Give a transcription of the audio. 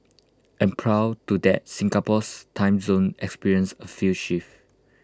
and prior to that Singapore's time zone experienced A few shifts